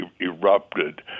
erupted